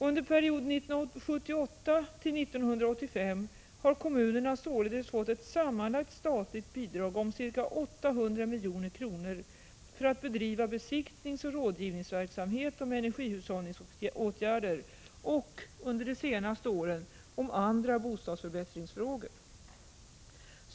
Under perioden 1978-1985 har kommunerna således fått ett statligt bidrag om sammanlagt ca 800 milj.kr. för att bedriva besiktningsoch rådgivningsverksamhet när det gäller energihushållningsåtgäder och, under de senaste åren, när det gäller andra bostadsförbättringsfrågor.